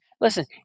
Listen